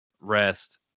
rest